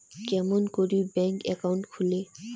কেমন করি bank account খুলে?